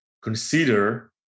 consider